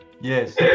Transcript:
Yes